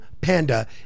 panda